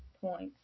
points